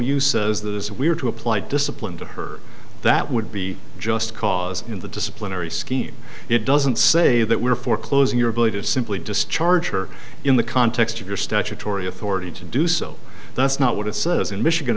uses that as we were to apply discipline to her that would be just cause in the disciplinary scheme it doesn't say that we're foreclosing your ability to simply discharge her in the context of your statutory authority to do so that's not what it says in michigan